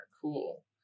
Cool